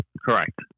correct